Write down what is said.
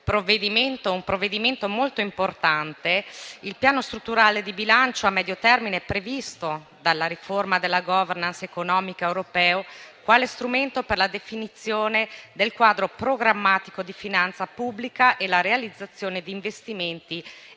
provvedimento, che è molto importante. Il Piano strutturale di bilancio di medio termine è previsto dalla riforma della *governance* economica europea quale strumento per la definizione del quadro programmatico di finanza pubblica e la realizzazione di investimenti e